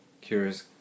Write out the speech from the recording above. curious